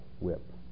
whip